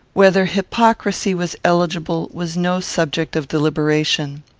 whether hypocrisy was eligible was no subject of deliberation.